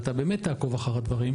שאתה באמת תעקוב אחרי הדברים.